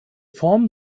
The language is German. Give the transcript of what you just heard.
form